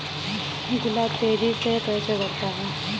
गुलाब तेजी से कैसे बढ़ता है?